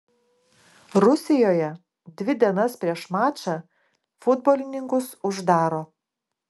rusijoje dvi dienas prieš mačą futbolininkus uždaro